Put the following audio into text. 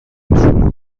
شروع